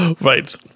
right